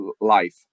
life